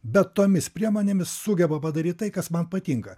bet tomis priemonėmis sugeba padaryt tai kas man patinka